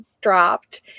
dropped